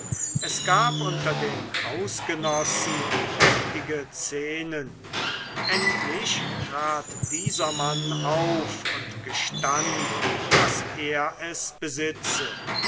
es gab unter den hausgenossen heftige szenen endlich trat dieser mann auf und gestand daß er es besitze